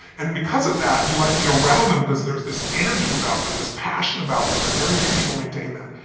and because of that, you like being around them because there's this energy about them, this passion about them, and very few people maintain that.